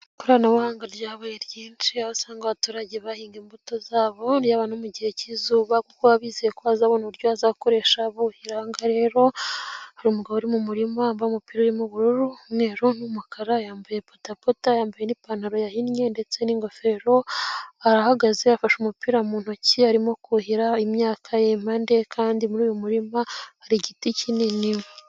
Ikoranabuhanga ryabayeye ryinshi aho usanga abaturage bahinga imbuto zabo yaba no mu gihe cy'izuba kuko baba bizeye ko bazabona uburyo azakoresha buhira. Ahangaha rero hari umugabo uri mu murima wambaye umupira urimo ubururu ,umweruru ,n'umukara, yambaye bodaboda, yambaye n'ipantaro yahinnye ndetse n'ingofero. Arahagaze afashe umupira mu ntoki arimo kuhira imyaka impande ye kandi muri uyu murima hari igiti kinini.